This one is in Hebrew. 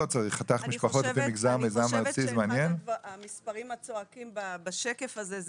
אני חושבת שאחד המספרים הצועקים בשקף הזה הוא